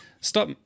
Stop